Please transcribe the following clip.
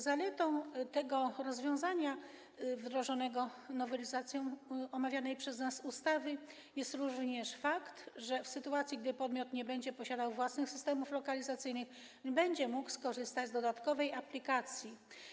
Zaletą tego rozwiązania wdrożonego nowelizacją omawianej przez nas ustawy jest również fakt, że w sytuacji gdy pomiot nie będzie posiadał własnych systemów lokalizacyjnych, będzie mógł skorzystać z dodatkowej aplikacji.